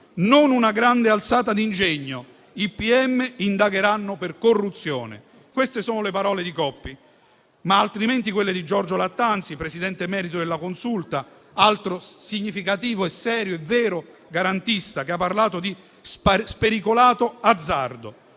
«Non una grande alzata di ingegno. I pm indagheranno per corruzione». Queste sono le parole di Coppi. Ma potrei citare anche quelle di Giorgio Lattanzi, presidente emerito della Consulta, altro significativo, serio e vero garantista, che ha parlato di "spericolato azzardo".